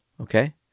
okay